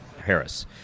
Harris